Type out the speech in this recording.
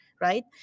right